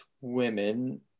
women